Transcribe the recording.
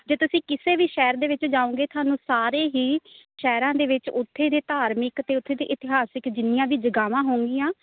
ਜੇ ਤੁਸੀਂ ਕਿਸੇ ਵੀ ਸ਼ਹਿਰ ਦੇ ਵਿੱਚ ਜਾਓਗੇ ਤੁਹਾਨੂੰ ਸਾਰੇ ਹੀ ਸ਼ਹਿਰਾਂ ਦੇ ਵਿੱਚ ਉੱਥੇ ਦੇ ਧਾਰਮਿਕ ਅਤੇ ਉੱਥੇ ਦੇ ਇਤਿਹਾਸਿਕ ਜਿੰਨੀਆਂ ਵੀ ਜਗ੍ਹਾਵਾਂ ਹੋਣਗੀਆਂ